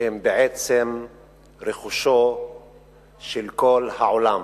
שהם בעצם רכושו של כל העולם.